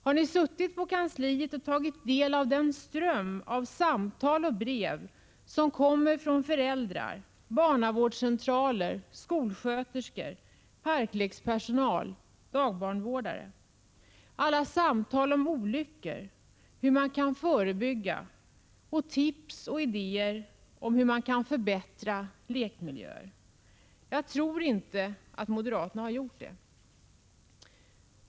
Har ni suttit på kansliet och tagit del av den ström av samtal och brev som kommer från föräldrar, barnavårdscentraler, skolsköterskor, parklekspersonal och dagbarnvårdare med idéer och tips om hur man kan förebygga olyckor och hur man kan förbättra lekmiljöer? Jag tror inte att moderaterna har gjort det.